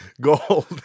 Gold